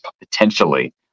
potentially